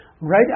Right